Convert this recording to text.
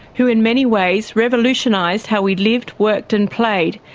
who in many ways revolutionised how we lived, worked and played,